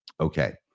Okay